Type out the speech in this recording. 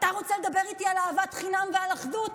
ואתה רוצה לדבר איתי על אהבת חינם ועל אחדות?